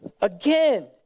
Again